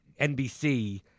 NBC